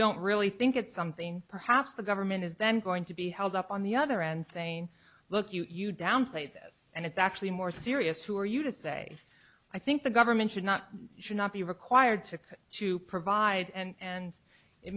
don't really think it's something perhaps the government is then going to be held up on the other end saying look you downplayed this and it's actually more serious who are you to say i think the government should not should not be required to to provide and